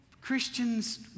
Christians